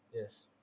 Yes